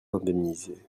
indemnisé